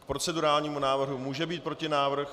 K procedurálnímu návrhu může být protinávrh.